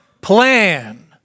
plan